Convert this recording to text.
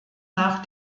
nach